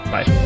Bye